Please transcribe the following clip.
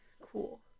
Cool